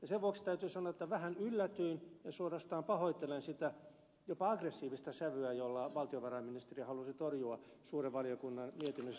ja sen vuoksi täytyy sanoa että vähän yllätyin ja suorastaan pahoittelen sitä jopa aggressiivista sävyä jolla valtiovarainministeriö halusi torjua suuren valiokunnan mietinnössä esitettävät kysymykset